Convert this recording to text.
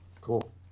Cool